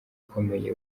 ikomeye